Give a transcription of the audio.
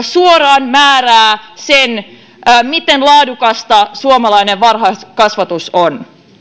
suoraan määräävät sen miten laadukasta suomalainen varhaiskasvatus on